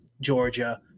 Georgia